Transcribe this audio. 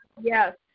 yes